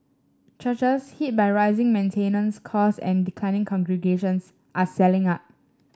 churches hit by rising maintenance costs and declining congregations are selling up